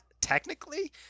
technically